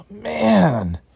man